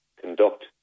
conduct